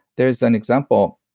there's an example.